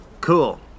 Cool